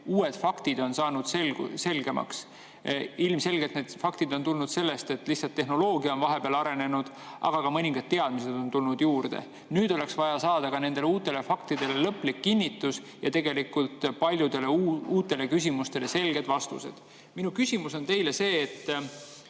uued faktid on saanud selgemaks. Ilmselgelt need faktid on tulnud sellest, et lihtsalt tehnoloogia on vahepeal arenenud, aga ka mõningad teadmised on tulnud juurde. Nüüd oleks vaja saada ka nendele uutele faktidele lõplik kinnitus ja paljudele uutele küsimustele selged vastused. Minu küsimus on teile see.